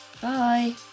Bye